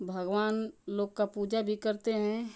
भगवान लोग का पूजा भी करते हैं